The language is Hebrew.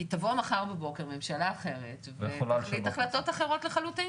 כי תבוא מחר בבוקר ממשלה אחרת ותחליט החלטות אחרות לחלוטין